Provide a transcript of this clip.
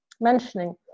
mentioning